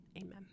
Amen